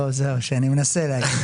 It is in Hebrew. אז אני כבר לא,